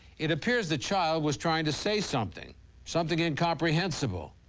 it appears the child was trying to say something something incomprehensible.